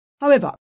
However